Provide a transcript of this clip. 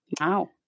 Wow